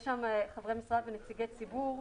יש שם עובדי משרד ונציגי ציבור.